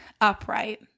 upright